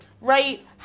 right